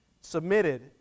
submitted